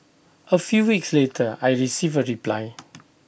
A few weeks later I received A reply